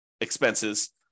expenses